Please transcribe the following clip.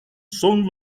son